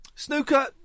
Snooker